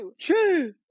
true